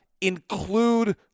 include